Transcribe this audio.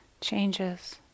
changes